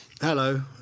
hello